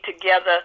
together